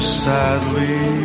sadly